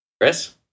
Chris